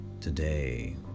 today